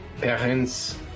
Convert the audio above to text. parents